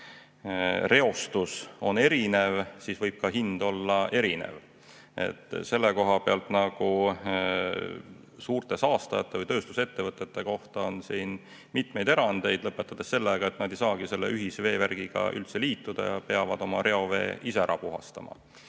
reostus on erinev, siis võib ka reovee ärajuhtimise hind olla erinev. Selle koha pealt on suurte saastajate või tööstusettevõtete kohta mitmeid erandeid, lõpetades sellega, et nad ei saagi üldse ühisveevärgiga liituda ja peavad oma reovee ise ära puhastama.